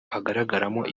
hagaragaramo